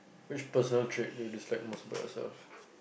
which personal trait do you dislike most about yourself